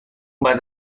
بعد